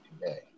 today